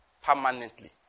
permanently